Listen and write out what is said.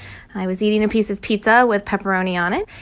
i was eating a piece of pizza with pepperoni on it,